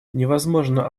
невозможно